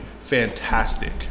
fantastic